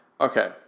okay